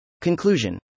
Conclusion